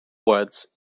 words